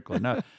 No